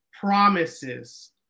promises